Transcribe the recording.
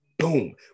boom